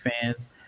fans